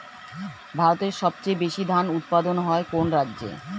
ভারতের সবচেয়ে বেশী ধান উৎপাদন হয় কোন রাজ্যে?